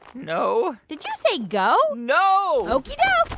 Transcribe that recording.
no did you say go? no okeydoke.